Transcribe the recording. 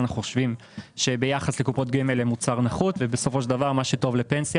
אנו חושבים שביחס לקופות גמל הם מוצר נחות ובסופו של דבר מה שטוב לפנסיה